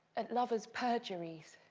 at lovers' perjuries